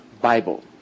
Bible